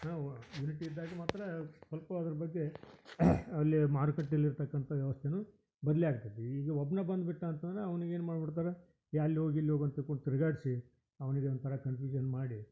ನಾವು ಯೂನಿಟಿ ಇದ್ದಾಗ ಮಾತ್ರ ಸ್ವಲ್ಪ ಅದ್ರ ಬಗ್ಗೆ ಅಲ್ಲಿ ಮಾರುಕಟ್ಟೆಲ್ಲಿ ಇರತಕ್ಕಂಥ ವ್ಯವಸ್ಥೆಯೂ ಬದ್ಲು ಆಗ್ತತಿ ಈಗ ಒಬ್ನೇ ಬಂದು ಬಿಟ್ಟ ಅಂತಂದ್ರೆ ಅವ್ನಿಗೆ ಏನು ಮಾಡ್ಬಿಡ್ತಾರೆ ಯಾ ಅಲ್ಲಿ ಹೋಗು ಇಲ್ಲಿ ಹೋಗು ಅಂತ ಪುಲ್ ತಿರುಗಾಡ್ಸಿ ಅವನಿಗೆ ಒಂಥರ ಕನ್ಫ್ಯೂಷನ್ ಮಾಡಿ